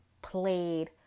played